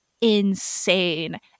insane